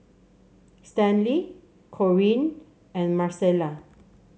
Stanley Corinne and Marcela